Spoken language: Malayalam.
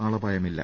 ആളപായമില്ല